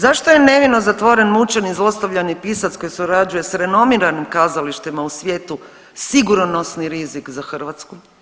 Zašto je nevino zatvoren, mučen i zlostavljani pisac koji surađuje s renomiranim kazalištima u svijetu sigurnosni rizik za RH?